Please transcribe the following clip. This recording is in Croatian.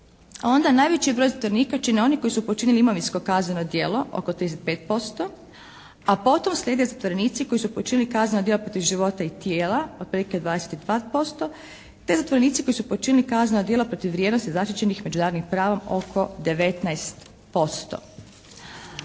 onda najveći broj zatvorenika čine oni koji su počinili imovinsko kazneno djelo oko 35%, a potom sljede zatvorenici koji su počinili kazneno djelo protiv života i tijela otprilike 22%, te zatvorenici koji su počinili kazneno djelo protiv vrijednosti zaštićenih međunarodnim pravom oko 19%.